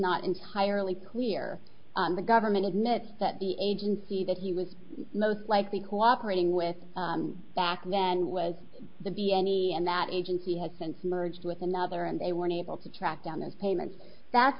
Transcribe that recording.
not entirely clear the government admits that the agency that he was most likely cooperating with back then was the be any and that agency has since merged with another and they were unable to track down those payments that's